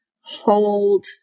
hold